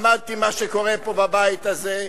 למדתי מה שקורה פה בבית זה.